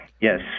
Yes